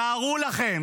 תארו לכם,